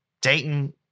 Dayton